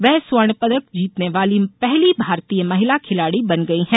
वे स्वर्ण पदक जीतने वाली पहली भारतीय महिला खिलाड़ी बन गई हैं